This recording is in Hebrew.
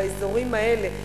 באזורים האלה,